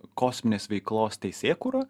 kosminės veiklos teisėkūra